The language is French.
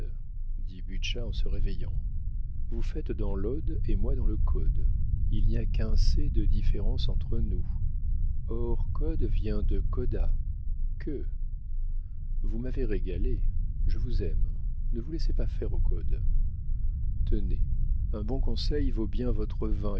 en se réveillant vous faites dans l'ode et moi dans le code il n'y a qu'un c de différence entre nous or code vient de coda queue vous m'avez régalé je vous aime ne vous laissez pas faire au code tenez un bon conseil vaut bien votre